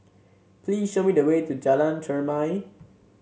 please show me the way to Jalan Chermai